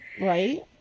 Right